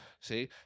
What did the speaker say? See